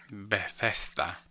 bethesta